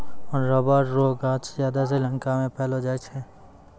rubber रो गांछ ज्यादा श्रीलंका मे पैलो जाय छै